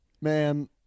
Man